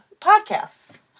podcasts